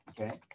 okay